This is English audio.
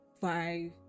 five